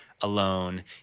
alone